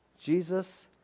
Jesus